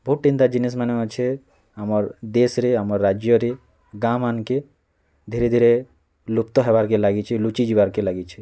ବହୁଟେ ଏନ୍ତା ଜିନିଷ୍ମାନେ ଅଛେ ଆମର୍ ଦେଶ୍ରେ ଆମର୍ ରାଜ୍ୟରେ ଗାଁମାନ୍କେ ଧୀରେ ଧୀରେ ଲୁପ୍ତ ହେବାର୍କେ ଲାଗିଛି ଲୁଚି ଯିବାର୍କେ ଲାଗିଛି